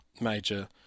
major